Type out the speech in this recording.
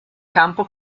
campo